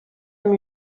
amb